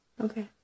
Okay